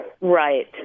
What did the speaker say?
Right